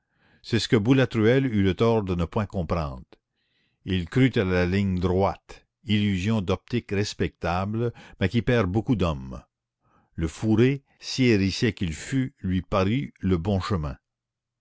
c'est ce que boulatruelle eut le tort de ne point comprendre il crut à la ligne droite illusion d'optique respectable mais qui perd beaucoup d'hommes le fourré si hérissé qu'il fût lui parut le bon chemin